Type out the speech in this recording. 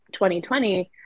2020